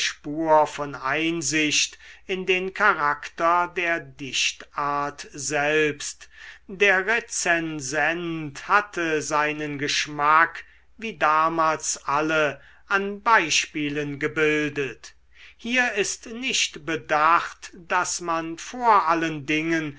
von einsicht in den charakter der dichtart selbst der rezensent hatte seinen geschmack wie damals alle an beispielen gebildet hier ist nicht bedacht daß man vor allen dingen